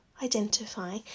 identify